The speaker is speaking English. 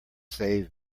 save